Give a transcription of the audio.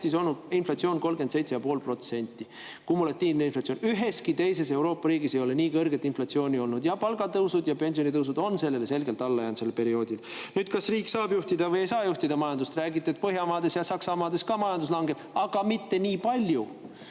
on Eestis olnud kumulatiivne inflatsioon 37,5%. Üheski teises Euroopa riigis ei ole nii kõrget inflatsiooni olnud. Palgatõusud ja pensionitõusud on sellele selgelt alla jäänud sellel perioodil. Nüüd, kas riik saab juhtida või ei saa juhtida majandust? Räägite, et Põhjamaades ja Saksamaal ka majandus langeb. Aga mitte nii palju!